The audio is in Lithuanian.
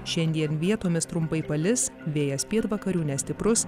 šiandien vietomis trumpai palis vėjas pietvakarių nestiprus